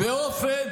באופן,